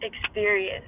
experience